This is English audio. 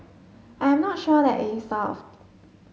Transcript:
I'm not sure that it solved